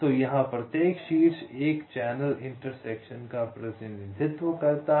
तो यहाँ प्रत्येक शीर्ष एक चैनल इंटरसेक्शन का प्रतिनिधित्व करता है